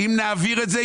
אם נעביר את זה,